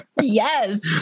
yes